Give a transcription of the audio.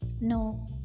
No